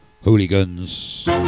Hooligans